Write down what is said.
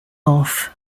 off